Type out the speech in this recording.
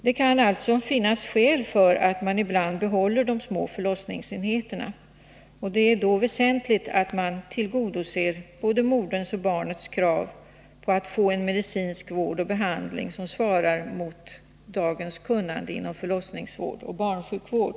Det kan alltså finnas skäl för att man ibland behåller de små förlossningsenheterna, men det är då väsentligt att man tillgodoser såväl moderns som barnets krav på att få en medicinsk vård och behandling som svarar mot dagens kunnande inom förlossningsvård och barnsjukvård.